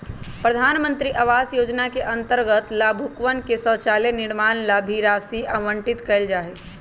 प्रधान मंत्री आवास योजना के अंतर्गत लाभुकवन के शौचालय निर्माण ला भी राशि आवंटित कइल जाहई